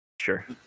sure